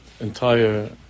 entire